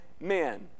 men